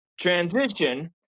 transition